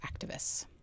activists